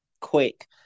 quick